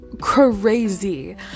crazy